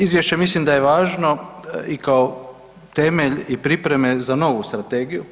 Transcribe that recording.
Izvješće mislim da je važno i kao temelj i pripreme za novu strategiju.